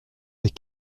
des